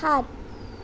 সাত